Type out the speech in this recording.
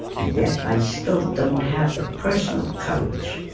and yet i still don't have the personal courage